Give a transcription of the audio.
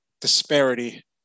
Disparity